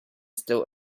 still